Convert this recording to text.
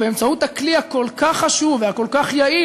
באמצעות הכלי הכל-כך חשוב והכל-כך יעיל